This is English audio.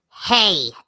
Hey